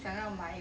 想要买